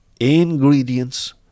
Ingredients